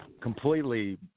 completely